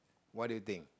what do you think